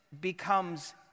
becomes